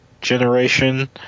generation